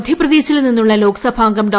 മധ്യപ്രദേശിൽ നിന്നുള്ള ലോക്സഭാംഗം ഡോ